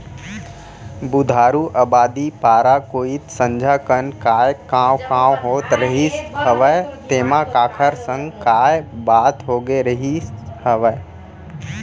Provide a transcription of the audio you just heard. बुधारू अबादी पारा कोइत संझा कन काय कॉंव कॉंव होत रहिस हवय तेंमा काखर संग काय बात होगे रिहिस हवय?